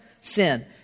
sin